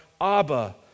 Abba